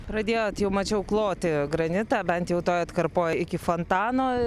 pradėjot jau mačiau kloti granitą bent jau toj atkarpoj iki fontano